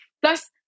plus